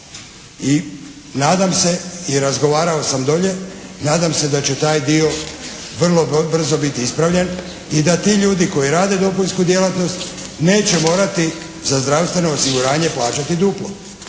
I nadam se i razgovarao sam dolje, nadam se da će taj dio vrlo brzo biti ispravljen i da ti ljudi koji rade dopunsku djelatnost neće morati za zdravstveno osiguranje plaćati duplo.